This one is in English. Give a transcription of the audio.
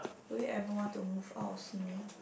will you ever want to move out of Simei